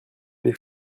les